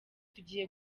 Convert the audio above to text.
tugiye